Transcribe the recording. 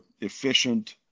efficient